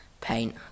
paint